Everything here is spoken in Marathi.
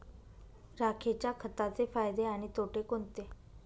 राखेच्या खताचे फायदे आणि तोटे कोणते?